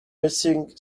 missing